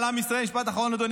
משפט אחרון אדוני.